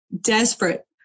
desperate